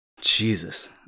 Jesus